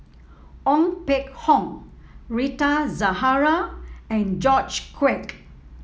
Ong Peng Hock Rita Zahara and George Quek